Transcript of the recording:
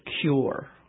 cure